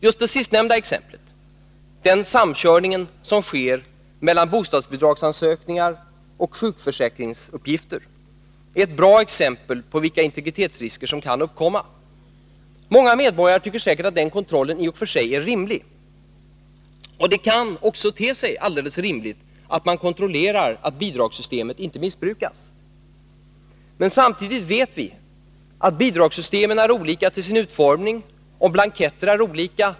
Just det sistnämnda exemplet, den samkörning som sker mellan bostadsbidragsansökningar och sjukförsäkringsuppgifter, är ett bra exempel på vilka integritetsrisker som kan uppkomma. Många medborgare tycker säkert att den kontrollen i och för sig är rimlig, och det kan också te sig alldeles rimligt att man kontrollerar att bidragssystemen inte missbrukas. Samtidigt vet vi att bidragssystemen är olika till sin utformning och att blanketter är olika.